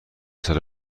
ساله